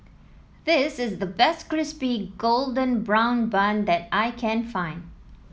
this is the best Crispy Golden Brown Bun that I can find